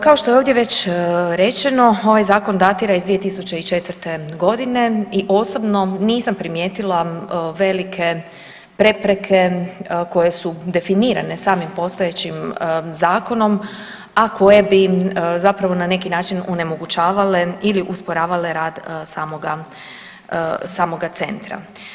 Kao što je ovdje već rečeno ovaj zakon datira iz 2004. godine i osobno nisam primijetila velike prepreke koje su definirane samim postojećim zakonom, a koje bi zapravo na neki način onemogućavale ili usporavale rad samoga, samoga centra.